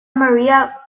maria